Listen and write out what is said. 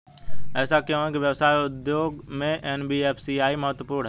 ऐसा क्यों है कि व्यवसाय उद्योग में एन.बी.एफ.आई महत्वपूर्ण है?